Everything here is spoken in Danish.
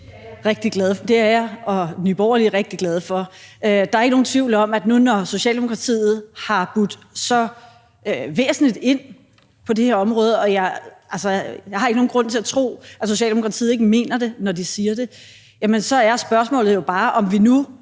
(NB): Det er jeg og Nye Borgerlige rigtig glade for. Når nu Socialdemokratiet har budt så væsentlig ind på det her område – og jeg har ikke nogen grund til at tro, at Socialdemokratiet ikke mener det, når de siger det – er spørgsmålet jo bare, om vi nu